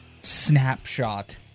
snapshot